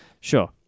Sure